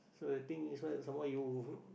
so the thing is right some more you